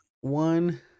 one